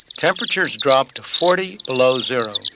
temperatures drop to forty below zero.